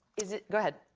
is it go ahead.